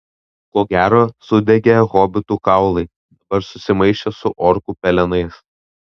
ko gero sudegę hobitų kaulai dabar susimaišė su orkų pelenais